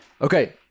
Okay